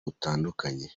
butandukanye